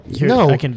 No